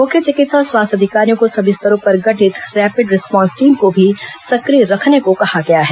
मुख्य चिकित्सा और स्वास्थ्य अधिकारियों को सभी स्तरों पर गठित रैपिड रिस्पांस टीम को भी सक्रिय रखने को कहा गया है